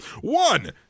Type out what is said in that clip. One